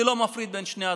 אני לא מפריד בין שני הדברים,